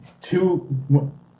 Two